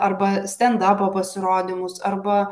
arba stendapo pasirodymus arba